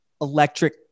electric